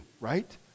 right